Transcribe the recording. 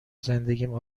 زندگیم